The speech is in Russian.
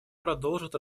продолжит